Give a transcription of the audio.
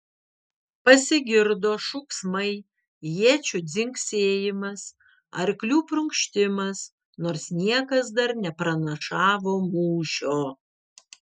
pasigirdo šūksmai iečių dzingsėjimas arklių prunkštimas nors niekas dar nepranašavo mūšio